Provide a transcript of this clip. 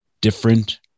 different